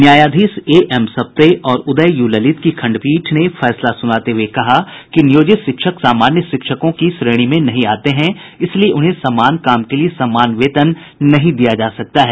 न्यायाधीश A M Sapre और Uday U Lalit की खण्डपीठ ने फैसला सुनाते हुये कहा कि नियोजित शिक्षक सामान्य शिक्षकों के श्रेणी में नहीं आते हैं इसलिए उन्हें समान काम के लिए समान वेतन नहीं दिया जा सकता है